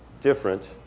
different